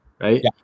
right